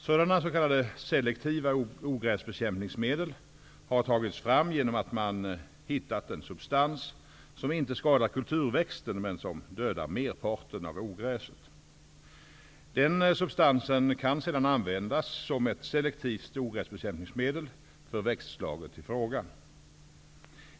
Sådana s.k. selektiva ogräsbekämpningsmedel har tagits fram genom att man har hittat en substans som inte skadar kulturväxten men som dödar merparten av ogräset. Den substansen kan sedan användas som ett selektivt ogräsbekämpningsmedel för växtslaget i fråga.